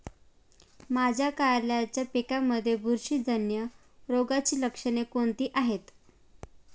माझ्या कारल्याच्या पिकामध्ये बुरशीजन्य रोगाची लक्षणे कोणती आहेत?